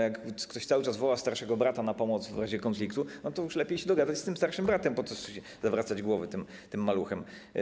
Jak ktoś cały czas woła starszego brata na pomoc w razie konfliktu, to już lepiej się dogadać z tym starszym bratem, po co sobie zawracać głowę tym maluchem.